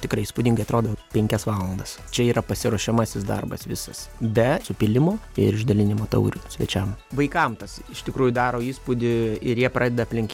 tikrai įspūdingai atrodo penkias valandas čia yra pasiruošiamasis darbas visas be supylimo ir išdalinimo taurių svečiam vaikam tas iš tikrųjų daro įspūdį ir jie pradeda aplink